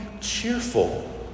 cheerful